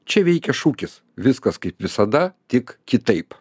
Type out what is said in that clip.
čia veikia šūkis viskas kaip visada tik kitaip